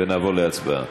ונעבור להצבעה.